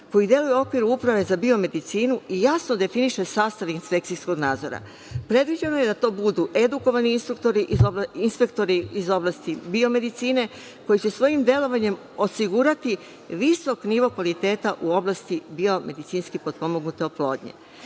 koji deluje u okviru Uprave za biomedicinu i jasno definiše sastav inspekcijskog nadzora. Predviđeno je da to budu edukovani inspektori iz oblasti biomedicine koji će svojim delovanjem osigurati visok nivo kvaliteta u oblasti biomedicinski potpomognute oplodnje.